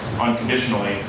unconditionally